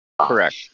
Correct